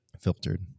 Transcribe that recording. filtered